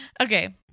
okay